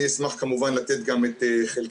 אני אשמח כמובן לתת גם את חלקי.